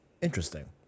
interesting